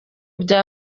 bya